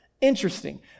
interesting